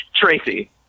Tracy